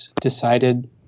decided